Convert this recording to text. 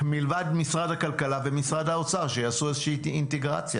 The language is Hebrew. מלבד משרד הכלכלה ומשרד האוצר שיעשו אינטגרציה.